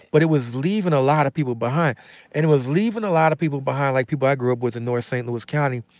but it was leaving a lot of people behind. and it was leaving a lot of people behind like people i grew up with in north st. louis county,